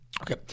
okay